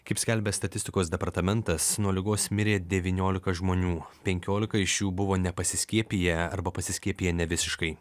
kaip skelbia statistikos departamentas nuo ligos mirė devyniolika žmonių penkiolika iš jų buvo nepasiskiepiję arba pasiskiepiję nevisiškai